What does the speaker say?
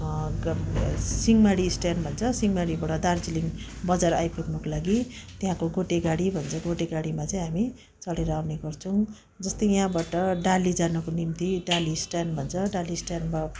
गा ए सिङमारी स्ट्यान्ड भन्छ सिङमारीबाट दार्जिलिङ बजार आइपुग्नुको लागि त्यहाँको गोटे गाडी भन्छ गोटे गाडीमा चाहिँ हामी चढेर आउने गर्छौँ जस्तै यहाँबाट डाली जानुको निम्ति डाली स्ट्यान्ड भन्छ डाली स्ट्यान्ड भ